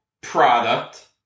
product